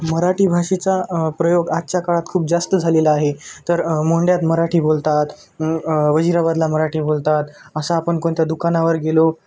मराठी भाषेचा प्रयोग आजच्या काळात खूप जास्त झालेला आहे तर मोंड्यात मराठी बोलतात वजिराबादला मराठी बोलतात असा आपण कोणत्या दुकानावर गेलो